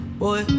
boy